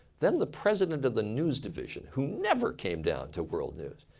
then the president of the news division, who never came down to world news,